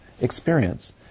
experience